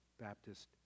Baptist